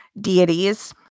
deities